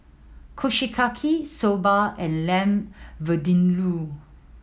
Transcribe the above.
Kushiyaki Soba and Lamb Vindaloo